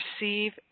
receive